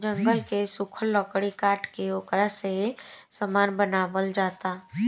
जंगल के सुखल लकड़ी काट के ओकरा से सामान बनावल जाता